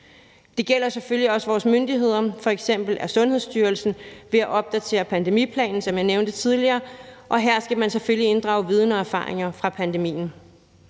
det gælder selvfølgelig også vores myndigheder, f.eks. Sundhedsstyrelsen, ved at opdatere pandemiplanen, som jeg nævnte tidligere, og her skal man selvfølgelig inddrage viden og erfaringer fra pandemien.